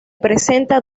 presenta